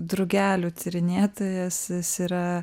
drugelių tyrinėtojas jis yra